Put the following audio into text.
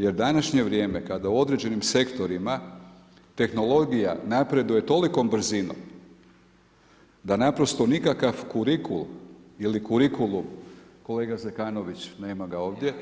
Jer današnje vrijeme, kada u određenim sektorima tehnologija napreduje tolikom brzinom, da naprosto nikakav kurikulum ili kurikulu, kolega Zekanović, nema ga ovdje,